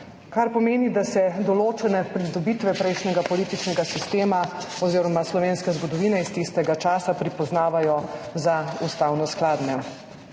Kar pomeni, da se določene pridobitve prejšnjega političnega sistema oziroma slovenske zgodovine iz tistega časa pripoznavajo za ustavno skladne.